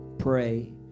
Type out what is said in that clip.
pray